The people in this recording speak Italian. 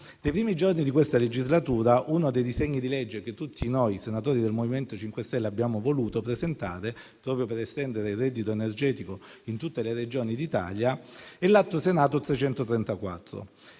Nei primi giorni di questa legislatura, uno dei disegni di legge che tutti noi senatori del Movimento 5 Stelle abbiamo voluto presentare proprio per estendere il reddito energetico a tutte le Regioni d'Italia è stato l'Atto Senato 334.